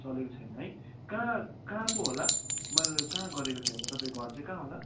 चलेको छैन है कहाँ कहाँ पो होला मैले कहाँ गरेको थिएँ होला तपाईँको घर चाहिँ कहाँ होला